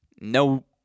No